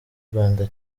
rwanda